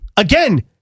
Again